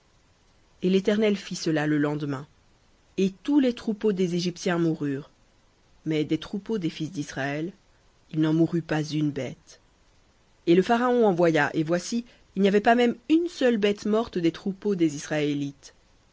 et l'éternel fit cela le lendemain et tous les troupeaux des égyptiens moururent mais des troupeaux des fils d'israël il n'en mourut pas une et le pharaon envoya et voici il n'y avait pas même une seule morte des troupeaux des israélites